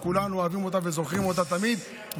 שכולנו אוהבים אותה וזוכרים אותה תמיד,